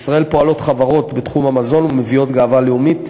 בישראל פועלות חברות בתחום המזון המביאות גאווה לאומית,